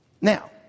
Now